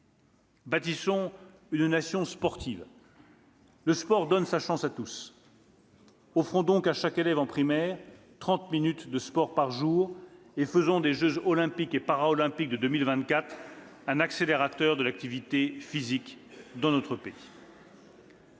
Bâtissons une nation sportive. Le sport donne sa chance à tous. Offrons à chaque élève en primaire trente minutes de sport par jour. Faisons des jeux Olympiques et Paralympiques de 2024 un accélérateur de l'activité physique dans notre pays.